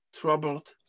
troubled